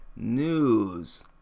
News